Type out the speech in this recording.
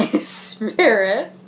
spirit